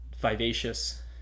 vivacious